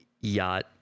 yacht